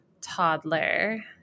toddler